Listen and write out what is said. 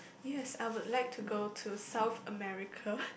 yes I would like to go to South America